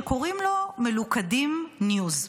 שקוראים לו "מלוכדים ניוז".